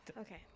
Okay